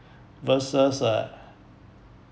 versus uh